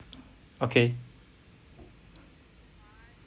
okay